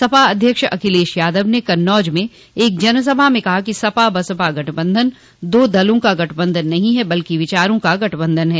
सपा अध्यक्ष अखिलेश यादव ने कन्नौज में एक जनसभा में कहा कि सपा बसपा का गठबंधन दो दलों का गठबंधन नहीं है बल्कि विचारों का गठबंधन है